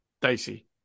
dicey